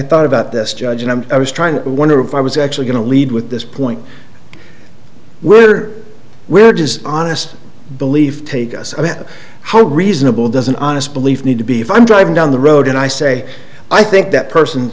thought about this judge and i was trying to wonder if i was actually going to lead with this point we're we're does honestly believe take us i mean how reasonable does an honest belief need to be if i'm driving down the road and i say i think that person